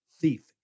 thief